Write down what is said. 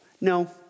No